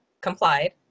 complied